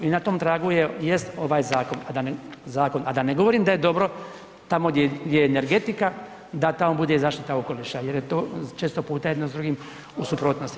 I na tom tragu je, jest ovaj zakon, a da ne govorim da je dobro tamo gdje je energetika, da tamo bude i zaštita okoliša jer je to često puta jedno s drugim u suprotnosti.